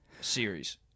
series